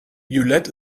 violett